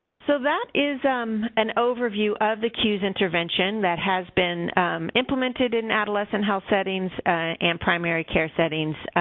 so, that is um an overview of the cues intervention that has been implemented in adolescent health settings and primary care settings,